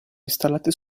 installate